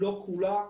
לא כולה,